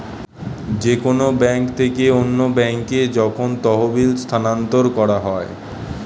যে কোন ব্যাংক থেকে অন্য ব্যাংকে যখন তহবিল স্থানান্তর করা হয়